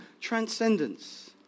transcendence